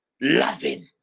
Loving